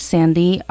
Sandy